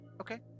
Okay